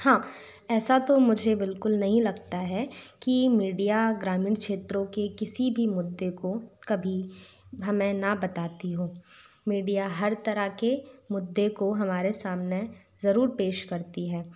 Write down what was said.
हाँ ऐसा तो मुझे बिलकुल नहीं लगता है की मीडिया ग्रामीण क्षेत्रों के किसी भी मुद्दे को कभी हमें ना बताती हो मीडिया हर तरह के मुद्दे को हमारे सामने जरूर पेश करती है